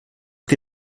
que